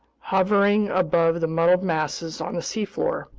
hovering above the muddled masses on the seafloor,